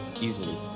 easily